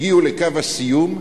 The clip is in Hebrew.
הגיעו לקו הסיום,